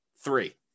three